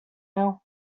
now